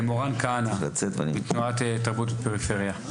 מורן כהנה מתנועת תרבות בפריפריה.